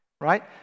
right